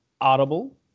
Audible